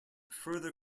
further